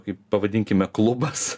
kaip pavadinkime klubas